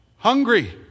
Hungry